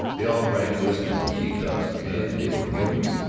they all drank whisky from tea-cups, and they were humorous,